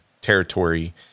territory